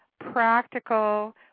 practical